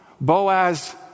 Boaz